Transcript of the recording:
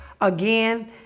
again